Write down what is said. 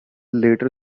later